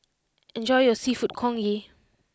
enjoy your Seafood Congee